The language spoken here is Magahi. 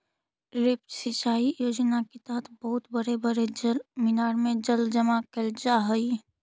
लिफ्ट सिंचाई योजना के तहत बहुत बड़े बड़े जलमीनार में जल जमा कैल जा हई